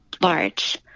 large